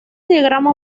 diagrama